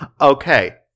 Okay